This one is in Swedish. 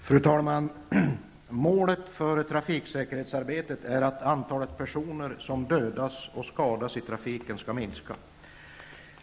Fru talman! Målet för trafiksäkerhetsarbetet är att antalet personer som dödas och skadas i trafiken skall minska.